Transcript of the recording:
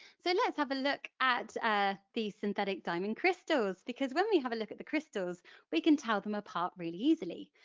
so let's have a look at ah these synthetic diamond crystals because when we have a look at the crystals we can tell them apart really easily.